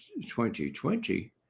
2020